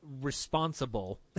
responsible